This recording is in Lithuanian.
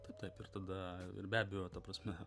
taip taip ir tada ir be abejo ta prasme